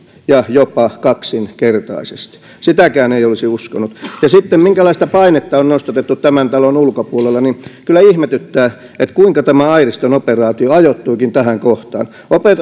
ja jopa kaksinkertaisesti sitäkään ei olisi uskonut ja minkälaista painetta on sitten nostatettu tämän talon ulkopuolella kyllä ihmetyttää kuinka tämä airiston operaatio ajoittuikin tähän kohtaan